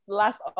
last